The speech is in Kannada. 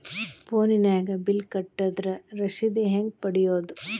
ಫೋನಿನಾಗ ಬಿಲ್ ಕಟ್ಟದ್ರ ರಶೇದಿ ಹೆಂಗ್ ಪಡೆಯೋದು?